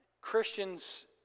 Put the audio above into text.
christians